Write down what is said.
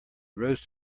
rose